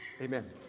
Amen